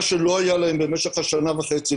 מה שלא היה להם במשך השנה וחצי,